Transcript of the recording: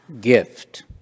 gift